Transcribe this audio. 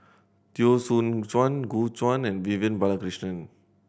Teo Soon Chuan Gu Juan and Vivian Balakrishnan